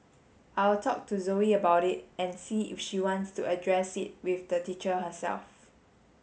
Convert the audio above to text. I'll talk to Zoe about it and see if she wants to address it with the teacher herself